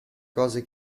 cose